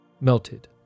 melted